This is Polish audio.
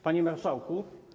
Panie Marszałku!